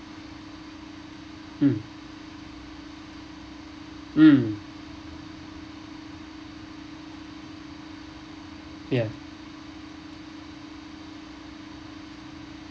mm mm ya